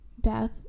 death